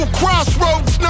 crossroads